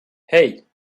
hey